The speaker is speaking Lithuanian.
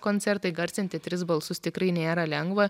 koncertą įgarsinti tris balsus tikrai nėra lengva